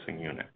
unit